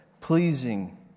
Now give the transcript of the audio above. pleasing